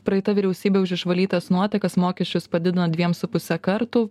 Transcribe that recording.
praeita vyriausybė už išvalytas nuotekas mokesčius padidino dviem su puse kartų